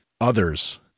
others